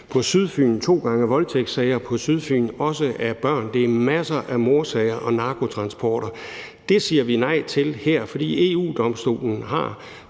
på Sydfyn, to gange voldtægtssager på Sydfyn også af børn, det er masser af mordsager og narkotransporter. Det siger vi nej til her, fordi EU-Domstolen har